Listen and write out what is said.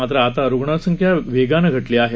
मात्र आता रुग्णसंख्या वेगानं घटली आहे